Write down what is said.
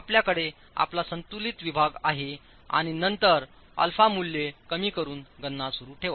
आपल्याकडे आपला संतुलित विभाग आहे आणि नंतर α मूल्ये कमी करुन गणना सुरू ठेवा